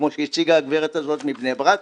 כמו שהציגה הגברת מבני ברק,